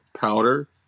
powder